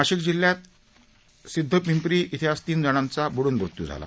नाशिक जिल्ह्यात सिद्ध पिंप्री येथे आज तीन जणांचा बुड्रन मृत्यू झाला